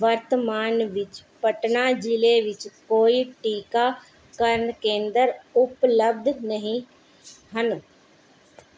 ਵਰਤਮਾਨ ਵਿੱਚ ਪਟਨਾ ਜ਼ਿਲ੍ਹੇ ਵਿੱਚ ਕੋਈ ਟੀਕਾਕਰਨ ਕੇਂਦਰ ਉਪਲਬਧ ਨਹੀਂ ਹਨ